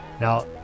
Now